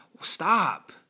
stop